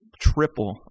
triple